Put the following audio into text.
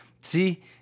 See